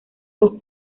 sus